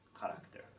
character